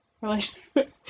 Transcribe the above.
relationship